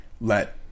let